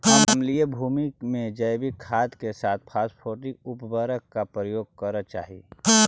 अम्लीय भूमि में जैविक खाद के साथ फॉस्फेटिक उर्वरक का प्रयोग करे चाही